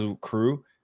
crew